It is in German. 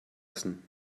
essen